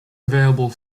available